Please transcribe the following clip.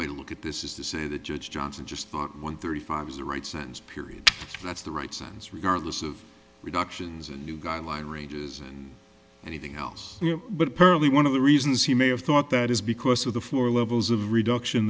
way to look at this is the say the judge johnson just bought one thirty five is the right sense period that's the right sense regardless of reductions and new guy lie ranges and anything else but apparently one of the reasons he may have thought that is because of the floor levels of reduction